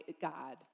God